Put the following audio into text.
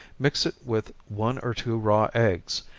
mix it with one or two raw eggs,